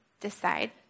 decide